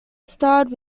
starred